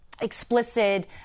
explicit